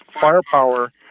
firepower